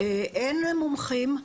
אין מומחים,